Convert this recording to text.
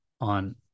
on